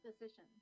decision